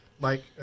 mike